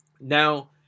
Now